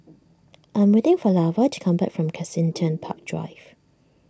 I am waiting for Lavar to come back from Kensington Park Drive